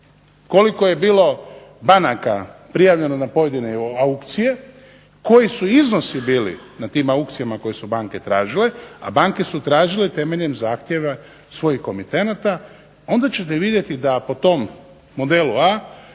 koliko je bilo banaka prijavljeno na pojedine aukcije, koji su iznosi bili na tim aukcijama koje su banke tražile, a banke su tražile temeljem zahtjeva svojih komitenata, onda ćete vidjeti da po tom modelu A